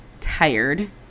tired